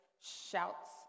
shouts